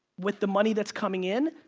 with the money that's coming in,